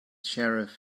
sheriff